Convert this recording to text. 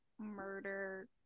Murder